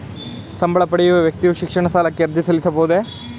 ಸಂಬಳ ಪಡೆಯುವ ವ್ಯಕ್ತಿಯು ಶಿಕ್ಷಣ ಸಾಲಕ್ಕೆ ಅರ್ಜಿ ಸಲ್ಲಿಸಬಹುದೇ?